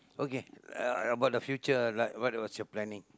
okay uh uh about the future like what was your planning